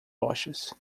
rochas